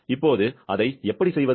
இப்போது அதை எப்படி செய்வது